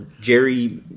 Jerry